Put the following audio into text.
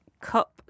cup